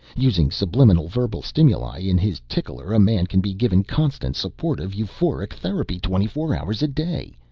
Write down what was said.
using subliminal verbal stimuli in his tickler, a man can be given constant supportive euphoric therapy twenty four hours a day!